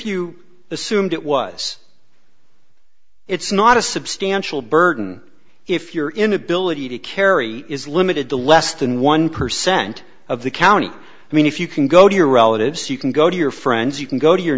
you assumed it was it's not a substantial burden if your inability to carry is limited to less than one percent of the county i mean if you can go to your relatives you can go to your friends you can go to your